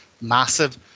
massive